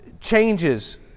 changes